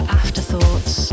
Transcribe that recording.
afterthoughts